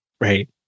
Right